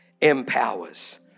empowers